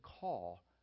call